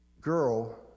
girl